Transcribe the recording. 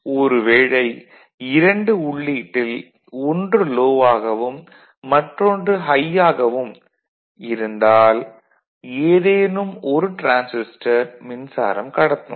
ஒரு வேளை இரண்டு உள்ளீட்டில் ஒன்று லோ ஆகவும் மற்றொன்று ஹை ஆகவும் இருந்தால் ஏதேனும் ஒரு டிரான்சிஸ்டர் மின்சாரம் கடத்தும்